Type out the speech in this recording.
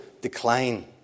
decline